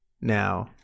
now